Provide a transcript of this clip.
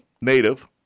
native